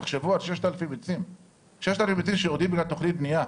תחשבו על 6,000 עצים שיורדים בגלל תוכנית בנייה,